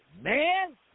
man